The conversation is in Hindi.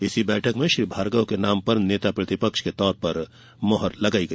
इसी बैठक में श्री भार्गव के नाम पर नेता प्रतिपक्ष के तौर पर मुहर लगाई गई